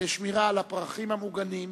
על השמירה על הפרחים המוגנים,